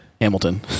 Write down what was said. Hamilton